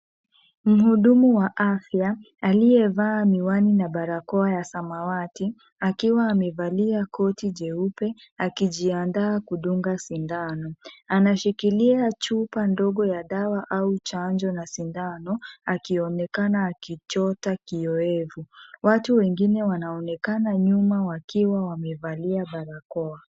Mhudumu wa afya, aliyevaa miwani na barakoa ya samawati, akiwa amevalia koti jeupe akijiandaa kudunga sindano. Anashikilia chupa ndogo ya dawa au chanjo na sindano, akionekana akichota kioevu. Watu wengine wanaonekana nyuma wakiwa wamevalia barakoa.